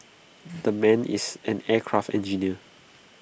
the man is an aircraft engineer